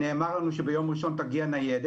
נאמר לנו שביום ראשון תגיע ניידת.